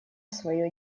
свое